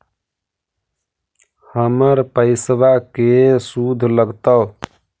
हमर पैसाबा के शुद्ध लगतै?